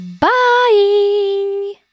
Bye